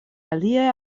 aliaj